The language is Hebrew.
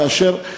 כאשר,